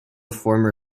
former